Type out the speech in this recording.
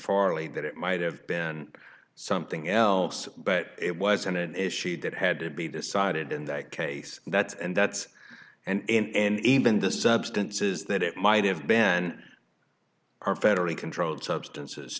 ly that it might have been something else but it wasn't an issue that had to be decided in that case that's and that's and even the substances that it might have been are federally controlled substances